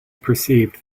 perceived